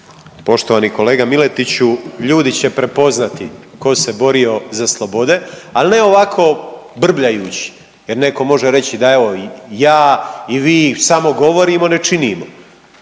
Poštovani kolega Miletiću, ljudi će prepoznati tko se borio za slobode, ali ne ovako brbljajući jer netko može reći da evo, ja i vi samo govorimo, ne činimo.